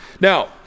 Now